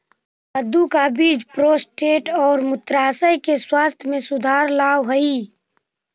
कद्दू का बीज प्रोस्टेट और मूत्राशय के स्वास्थ्य में सुधार लाव हई